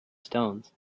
stones